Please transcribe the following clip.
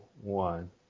one